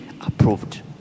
approved